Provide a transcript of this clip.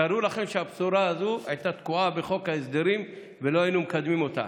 תארו לכם שהבשורה הזאת הייתה תקועה בחוק ההסדרים ולא היינו מקדמים אותה.